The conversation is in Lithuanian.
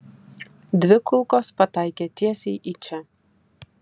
dvi kulkos pataikė tiesiai į čia